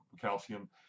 calcium